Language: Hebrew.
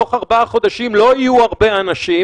ובתוך ארבעה חודשים לא יהיו הרבה אנשים,